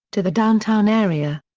to the downtown area.